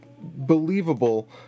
believable